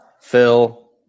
Phil